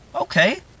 okay